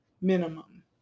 Minimum